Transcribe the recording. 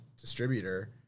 distributor